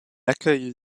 accueille